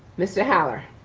mr. holler.